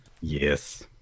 Yes